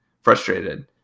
frustrated